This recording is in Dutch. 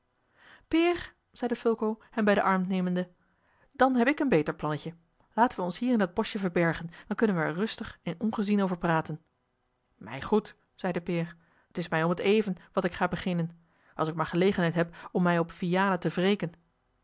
peer zeide fulco hem bij den arm nemende dan heb ik een beter plannetje laten wij ons hier in dat boschje verbergen dan kunnen wij er rustig en ongezien over praten mij goed zeide peer t is mij om het even wat ik ga beginnen als ik maar gelegenheid heb om mij op vianen te wreken